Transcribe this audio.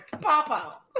Papa